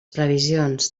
previsions